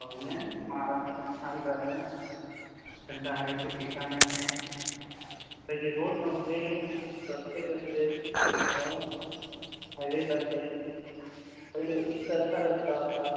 अव्या माराष्ट्र छान झालाय थंड हवेचे ठिकान आहे पहिले रोड नव्हते रस्ते बनले होय हायवे बांधलेत पहिले एकतर्फा रस्ता होता